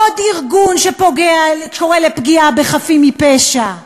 עוד ארגון שקורא לפגיעה בחפים מפשע,